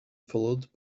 followed